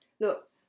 look